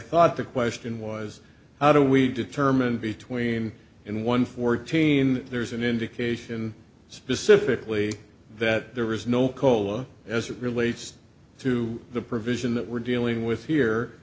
thought the question was how do we determine between in one fourteen there's an indication specifically that there is no cola as it relates to the provision that we're dealing with here